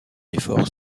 effort